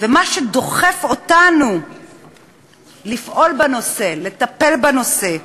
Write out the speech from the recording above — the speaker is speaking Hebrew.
ומה שדוחף אותנו לפעול בנושא, לטפל בנושא.